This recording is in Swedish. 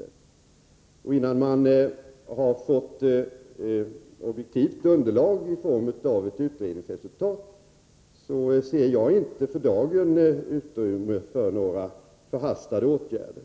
Jag ser för dagen, innan vi har fått ett objektivt underlag i form av ett utredningsresultat, inget utrymme för några förhastade åtgärder.